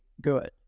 good